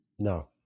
No